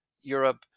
Europe